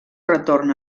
retorn